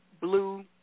blue